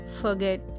forget